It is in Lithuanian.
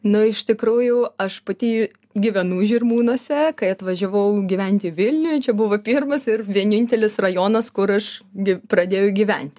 nu iš tikrųjų aš pati gyvenu žirmūnuose kai atvažiavau gyventi į vilnių čia buvo pirmas ir vienintelis rajonas kur aš gi pradėjo gyvent